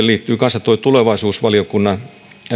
liittyy myös tuo tulevaisuusvaliokunnan